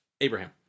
Abraham